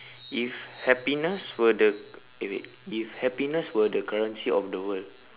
if happiness were the eh wait if happiness were the currency of the world